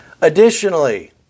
Additionally